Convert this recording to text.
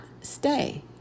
stay